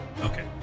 Okay